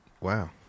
wow